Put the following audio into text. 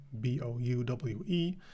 b-o-u-w-e